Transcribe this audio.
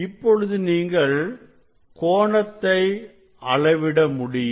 இப்பொழுது நீங்கள் கோணத்தை அளவிட முடியும்